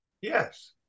Yes